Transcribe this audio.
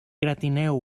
gratineu